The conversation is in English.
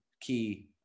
key